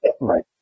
right